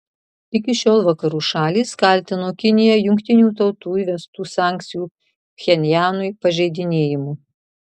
iki šiol vakarų šalys kaltino kiniją jungtinių tautų įvestų sankcijų pchenjanui pažeidinėjimu